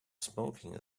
smoking